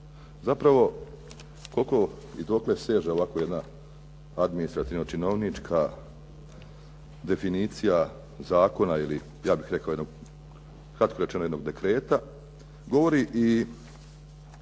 Zapravo koliko i dokle steče ovakva jedna administrativno činovnička definicija zakona ja bih rekao kratko rečeno, jednog dekreta, govori i